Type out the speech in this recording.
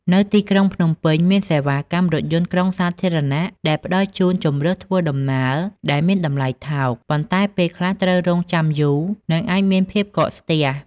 នៅទីក្រុងភ្នំពេញ មានសេវាកម្មរថយន្តក្រុងសាធារណៈដែលផ្តល់ជូនជម្រើសធ្វើដំណើរដែលមានតម្លៃថោក ប៉ុន្តែពេលខ្លះត្រូវរង់ចាំយូរ និងអាចមានភាពកកស្ទះ។